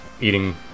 eating